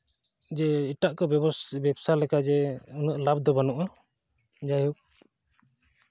ᱡᱮ ᱮᱴᱟᱜ ᱠᱚ ᱵᱮᱵᱽᱥᱟ ᱞᱮᱠᱟ ᱡᱮ ᱩᱱᱟᱹᱜ ᱞᱟᱵᱷ ᱫᱚ ᱵᱟᱹᱱᱩᱜᱼᱟ ᱡᱟᱭᱦᱳᱠ